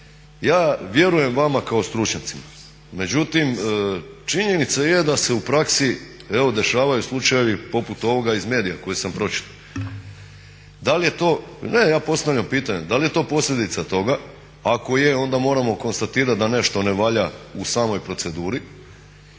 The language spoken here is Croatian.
Ja vjerujem vama kao stručnjacima, međutim činjenica je da se u praksi evo dešavaju slučajevi poput ovoga iz medija koje sam pročitao. Da li je to, ne ja postavljam pitanje da li je to posljedica toga? Ako je, onda moramo konstatirati da nešto ne valja u samoj proceduri.